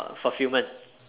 uh fulfilment